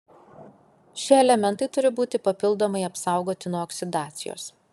šie elementai turi būti papildomai apsaugoti nuo oksidacijos